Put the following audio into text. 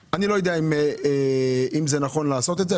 אני לא יודע אם זה נכון לעשות את זה.